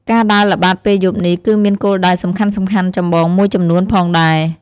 ការដើរល្បាតពេលយប់នេះ គឺមានគោលដៅសំខាន់ៗចម្បងមួយចំនួនផងដែរ។